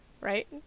right